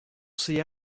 see